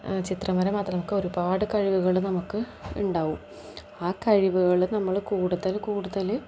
ചിത്രം വരെ മാത്രം നമുക്ക് ഒരുപാട് കഴിവുകൾ നമുക്ക് ഉണ്ടാകും ആ കഴിവുകൾ നമ്മൾ കൂടുതൽ കൂടുതൽ